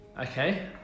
okay